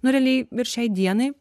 nu realiai ir šiai dienai